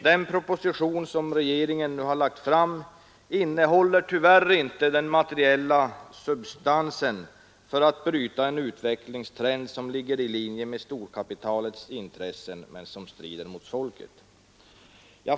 Den proposition som regeringen nu har lagt fram innehåller tyvärr inte den materiella substans som fordras för att bryta en utvecklingstrend som ligger i linje med storkapitalets intressen men som strider mot folkets.